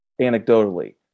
anecdotally